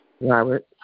Robert